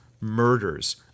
murders